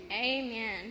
Amen